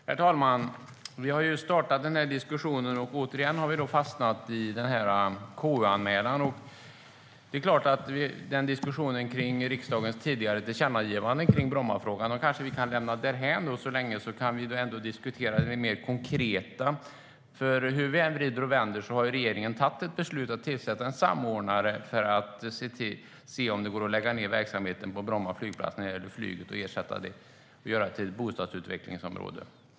Herr talman! Vi har just startat denna diskussion, och återigen har vi fastnat i KU-anmälningen. Diskussionen om riksdagens tidigare tillkännagivande om Brommafrågan kanske vi kan lämna därhän och i stället diskutera det mer konkreta? Hur vi än vrider och vänder på det har ju regeringen tagit beslutet att tillsätta en samordnare för att se om det går att lägga ned flygverksamheten på Bromma och göra det till ett bostadsutvecklingsområde.